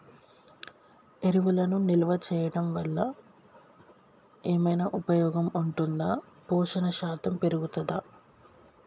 ఎరువులను నిల్వ చేయడం వల్ల ఏమైనా ఉపయోగం ఉంటుందా పోషణ శాతం పెరుగుతదా?